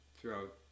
throughout